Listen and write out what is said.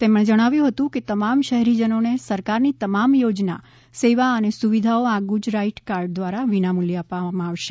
તેમણે જણાવ્યું હતું કે તમામ શહેરીજનોને સરકારની તમામ યોજના સેવા અને સુવિધાઓ આ ગુજરાઇટ કાર્ડ દ્વારા વિનામૂલ્યે આપવામાં આવશે